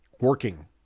working